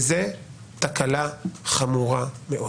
וזו תקלה חמורה מאוד.